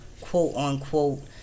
quote-unquote